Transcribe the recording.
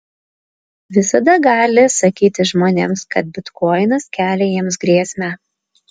visada gali sakyti žmonėms kad bitkoinas kelia jiems grėsmę